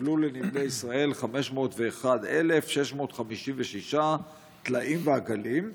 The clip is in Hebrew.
הובלו לנמלי ישראל 501,656 טלאים ועגלים.